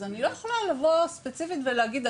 אז אני לא יכולה לבוא ספציפית ולהגיד,